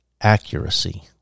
accuracy